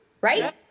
right